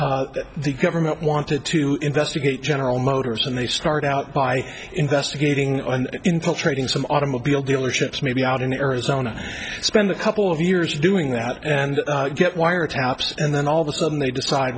if the government wanted to investigate general motors and they it out by investigating and trading some automobile dealerships maybe out in arizona spend a couple of years doing that and get wiretaps and then all of them they decide